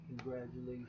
congratulations